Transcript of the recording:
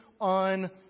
on